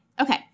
Okay